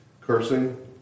cursing